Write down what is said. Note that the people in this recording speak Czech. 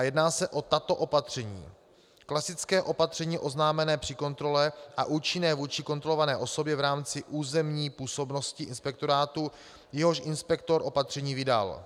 Jedná se o tato opatření: Klasické opatření oznámené při kontrole a účinné vůči kontrolované osobě v rámci územní působnosti inspektorátu, jehož inspektor opatření vydal.